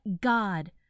God